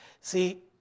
See